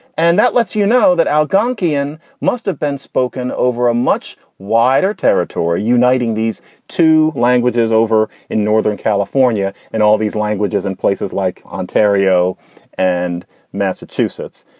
and that lets you know that algonkin must have been spoken over a much wider territory, uniting these two languages over in northern california and all these languages in places like ontario and massachusetts.